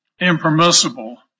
impermissible